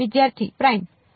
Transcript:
વિદ્યાર્થી પ્રાઇમ્ડ